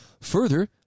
Further